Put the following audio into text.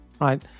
right